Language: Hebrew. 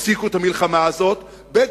הפסיקו את המלחמה הזאת, ב.